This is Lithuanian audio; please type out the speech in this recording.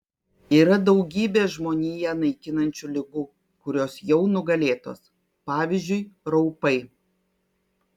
yra daugybė žmoniją naikinančių ligų kurios jau nugalėtos pavyzdžiui raupai